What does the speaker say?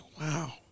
wow